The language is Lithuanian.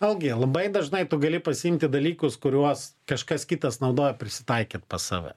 vėlgi labai dažnai tu gali pasiimti dalykus kuriuos kažkas kitas naudoja prisitaikyt pas save